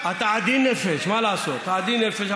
אתה עדין נפש, מה לעשות, עדין נפש.